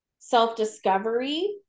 self-discovery